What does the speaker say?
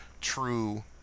true